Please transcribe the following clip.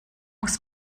muss